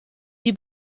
die